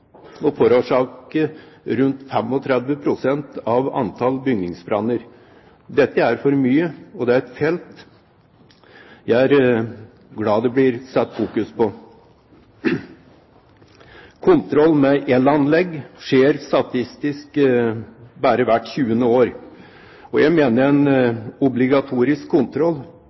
og forårsaker rundt 35 pst. av alle bygningsbranner. Dette er for mye, og det er et felt som jeg er glad for at det blir fokusert på. Kontroll med elanlegg skjer statistisk bare hvert tjuende år. Jeg mener en obligatorisk kontroll